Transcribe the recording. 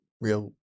real